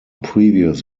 previous